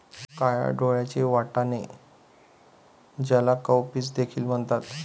काळ्या डोळ्यांचे वाटाणे, ज्याला काउपीस देखील म्हणतात